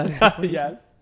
Yes